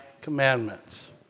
commandments